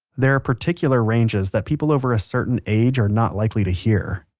there are particular ranges that people over a certain age are not likely to hear.